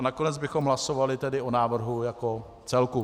Nakonec bychom hlasovali o návrhu jako celku.